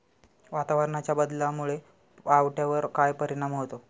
वातावरणाच्या बदलामुळे पावट्यावर काय परिणाम होतो?